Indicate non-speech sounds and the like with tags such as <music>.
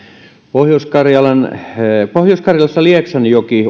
pohjois karjalassa lieksanjoki <unintelligible>